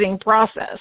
process